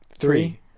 Three